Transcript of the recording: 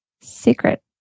secret